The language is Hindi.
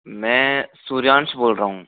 मैं सूर्यांश बोल रहा हूँ